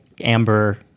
amber